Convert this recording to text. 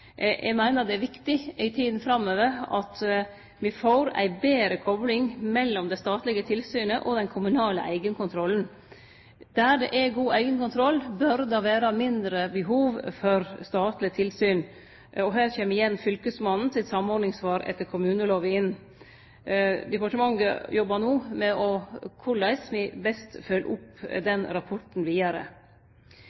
Eg meiner det er viktig i tida framover at me får ei betre kopling mellom det statlege tilsynet og den kommunale eigenkontrollen. Der det er god eigenkontroll, bør det vere mindre behov for statleg tilsyn. Og her kjem igjen fylkesmannen sitt samordningsansvar etter kommunelova inn. Departementet jobbar no med å sjå på korleis vi best følgjer opp